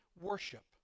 worship